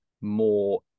more